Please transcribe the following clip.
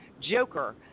Joker